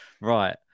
Right